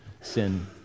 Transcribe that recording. sin